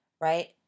Right